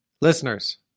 listeners